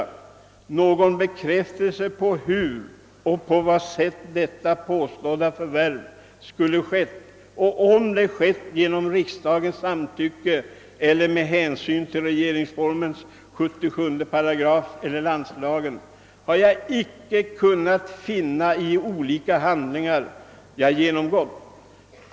Någon bekräftelse på hur och på vad sätt detta påstådda förvärv skulle ha skett och om det skett genom riksdagens samtycke eller med hänsyn till regeringsformens 77 § eller landslagen har jag icke kunnat finna i de olika handlingar jag genomgått.